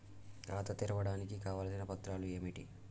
ఖాతా తెరవడానికి కావలసిన పత్రాలు ఏమిటి?